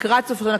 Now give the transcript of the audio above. לקראת סוף השנה,